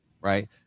right